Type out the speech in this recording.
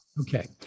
Okay